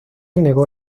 negó